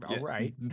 right